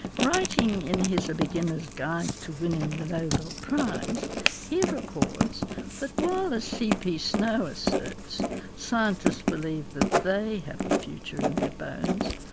writing in his a beginner's guide to winning the nobel prize he records that while as cp snow asserts scientist believe that they have the future in their bones,